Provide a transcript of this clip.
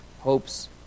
hopes